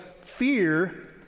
fear